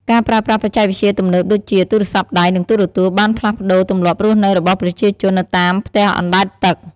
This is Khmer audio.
ការប្រើប្រាស់បច្ចេកវិទ្យាទំនើបដូចជា ទូរសព្ទដៃ និងទូរទស្សន៍ បានផ្លាស់ប្តូរទម្លាប់រស់នៅរបស់ប្រជាជននៅតាមផ្ទះអណ្ដែតទឹក។